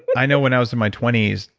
and i know when i was in my twenty s,